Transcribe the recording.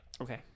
Okay